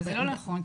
זה לא נכון.